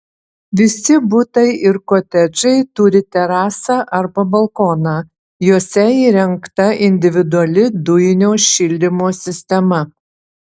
visi butai ir kotedžai turi terasą arba balkoną juose įrengta individuali dujinio šildymo sistema